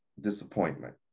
Disappointment